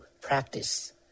practice